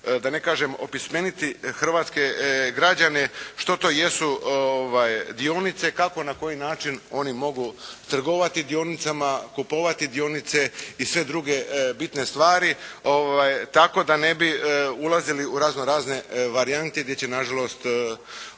odnosno opismeniti Hrvatske građane što to jesu dionice, kako na koji način mogu trgovati dionicama, kupovati dionice i sve druge bitne stvari tako da ne bi ulazili u razno razne varijante gdje će na žalost loše